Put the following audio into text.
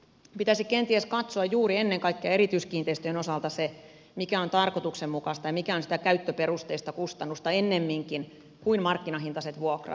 pitäisi kenties katsoa ennen kaikkea juuri erityiskiinteistöjen osalta sitä mikä on tarkoituksenmukaista ja mikä on sitä käyttöperusteista kustannusta ennemminkin kuin markkinahintaiset vuokrat